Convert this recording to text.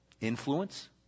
influence